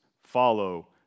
follow